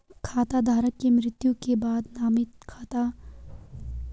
खाता धारक की मृत्यु के बाद नामित व्यक्ति खाते से कितने समयावधि में पैसे निकाल सकता है?